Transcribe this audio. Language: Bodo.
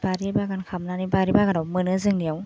बारि बागान खालामनानै बारि बागानावबो मोनो जोंनियाव